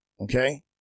Okay